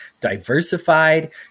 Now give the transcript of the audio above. diversified